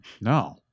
No